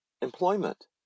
employment